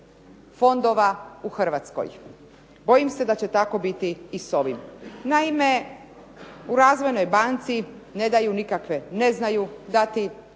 fondova u Hrvatskoj. Bojim se da će tako biti i s ovim. Naime, u razvojnoj banci ne daju nikakve, ne znaju dati